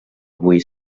avui